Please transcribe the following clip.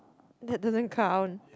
the that then car on